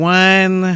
one